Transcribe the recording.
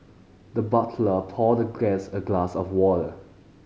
the butler poured the guest a glass of water